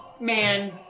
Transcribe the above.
man